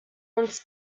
uns